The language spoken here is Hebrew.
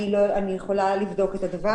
אני יכולה לבדוק את זה.